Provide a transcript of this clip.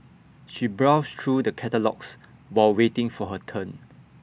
she browsed through the catalogues while waiting for her turn